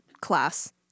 class